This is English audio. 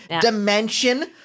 dimension